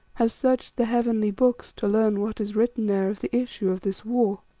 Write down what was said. have searched the heavenly books to learn what is written there of the issue of this war.